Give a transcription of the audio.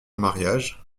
mariage